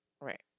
Right